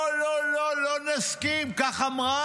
לא, לא, לא, לא נסכים, כך אמרה,